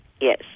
Yes